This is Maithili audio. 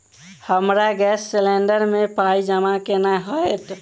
हमरा गैस सिलेंडर केँ पाई जमा केना हएत?